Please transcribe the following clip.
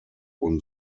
und